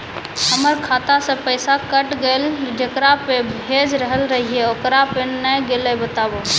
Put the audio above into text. हमर खाता से पैसा कैट गेल जेकरा पे भेज रहल रहियै ओकरा पे नैय गेलै बताबू?